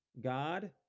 God